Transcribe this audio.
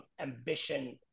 ambition